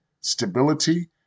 Stability